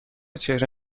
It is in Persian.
چهره